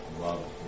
love